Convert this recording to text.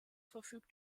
verfügt